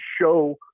show